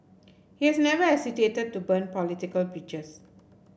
he has never hesitated to burn political bridges